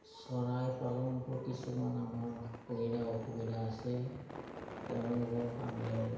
চৰাই পালনতো কিছুমান আমাৰ সুবিধা অসুবিধা আছে তেওঁলোকক আমি